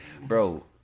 Bro